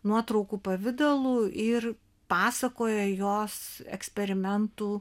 nuotraukų pavidalu ir pasakoja jos eksperimentų